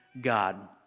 God